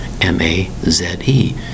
M-A-Z-E